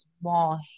small